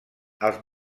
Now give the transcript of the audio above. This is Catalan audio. els